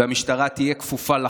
והמשטרה תהיה כפופה לחוק,